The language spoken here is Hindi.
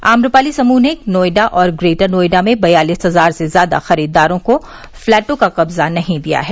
आप्रपाली समूह ने नोएडा और ग्रेटर नोएडा में बयालिस हजार से ज्यादा खरीददारों को पलैटों का कब्जा नहीं दिया है